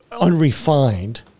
unrefined